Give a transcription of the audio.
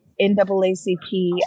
NAACP